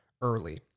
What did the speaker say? early